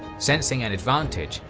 sensing an advantage,